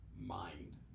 Mind